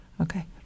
Okay